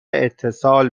اتصال